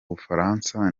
bufaransa